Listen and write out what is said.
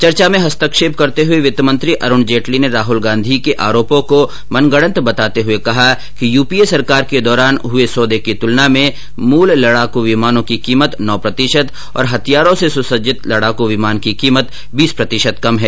चर्चा में हस्तक्षेप करते हुए वित्तमंत्री अरुण जेटली ने राहुल गांधी के आरोपों को मनगढंत बताते हुए कहा कि यूपीए सरकार के दौरान हुए सौदे की तुलना में मुल लड़ाकू विमान की कीमत नौ प्रतिशत और हथियारों से सुसज्जित लड़ाकू विमान की कीमत बीस प्रतिशत कम है